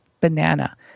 banana